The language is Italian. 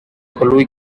colui